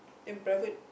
then private